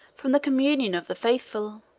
from the communion of the faithful.